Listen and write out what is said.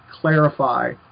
clarify